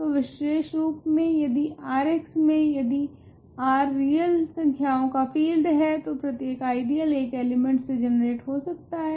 तो विषेशरूप में यदि Rx मे यदि R रियल संख्याओ का फील्ड है तो प्रत्येक आइडियल एक एलिमेंट से जनरेट हो सकता है